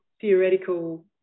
theoretical